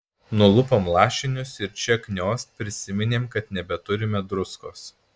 nulupom lašinius ir čia kniost prisiminėm kad nebeturime druskos